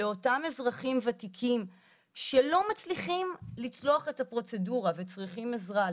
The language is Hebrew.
לאותם אזרחים ותיקים שלא מצליחים לצלוח את הפרוצדורה והם צריכים עזרה,